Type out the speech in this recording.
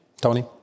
Tony